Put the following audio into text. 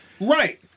right